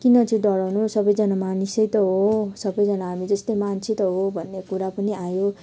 किन चाहिँ डराउनु सबैजना मानिसै त हो सबैजना हामी जस्तै मान्छे त हो भन्ने कुरा पनि आयो